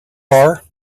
bar